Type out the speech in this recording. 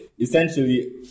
Essentially